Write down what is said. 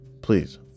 Please